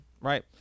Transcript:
right